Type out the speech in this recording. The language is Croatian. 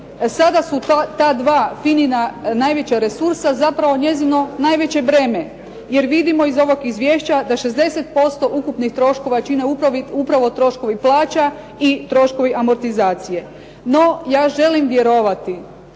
sada su ta dva FINA-ina najveća resursa njezino najveće breme jer vidimo iz ovog izvješća da 60% ukupnih troškova čine upravo troškovi plaća i troškovi amortizacije. NO, ja želim vjerovati